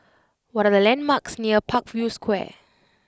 what are the landmarks near Parkview Square